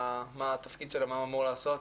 מה הוא אמור לעשות